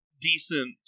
decent